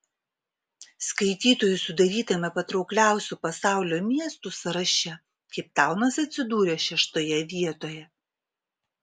skaitytojų sudarytame patraukliausių pasaulio miestų sąraše keiptaunas atsidūrė šeštoje vietoje